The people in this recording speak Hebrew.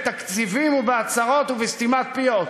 בתקציבים ובהצהרות ובסתימת פיות.